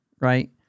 right